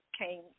came